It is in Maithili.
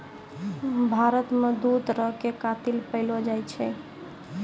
भारत मे दु तरहो के कातिल पैएलो जाय छै